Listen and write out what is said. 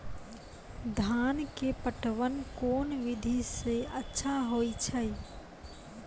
धान के पटवन कोन विधि सै अच्छा होय छै?